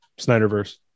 Snyderverse